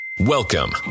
Welcome